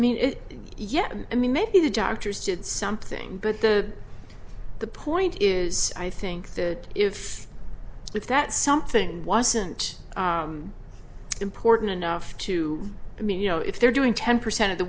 it yes i mean maybe the doctors did something but the the point is i think that if with that something wasn't important enough to i mean you know if they're doing ten percent of the